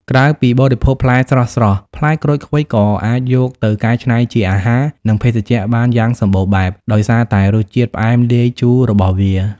ក្រៅពីបរិភោគផ្លែស្រស់ៗ ផ្លែក្រូចឃ្វិចក៏អាចយកទៅកែច្នៃជាអាហារ និងភេសជ្ជៈបានយ៉ាងសម្បូរបែប ដោយសារតែរសជាតិផ្អែមលាយជូររបស់វា។